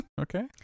Okay